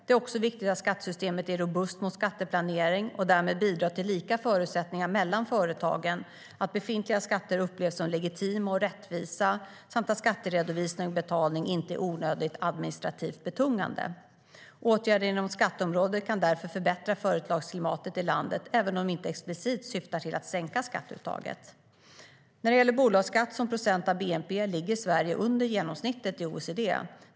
Det är också viktigt att skattesystemet är robust mot skatteplanering och därmed bidrar till lika förutsättningar mellan företagen, att befintliga skatter upplevs som legitima och rättvisa samt att skatteredovisning och betalning inte är onödigt administrativt betungande. Åtgärder inom skatteområdet kan därför förbättra företagsklimatet i landet även om de inte explicit syftar till att sänka skatteuttaget. När det gäller bolagsskatt som procent av bnp ligger Sverige under genomsnittet i OECD.